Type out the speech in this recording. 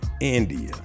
India